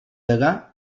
degà